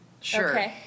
Sure